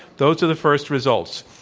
those are the first results.